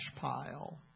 pile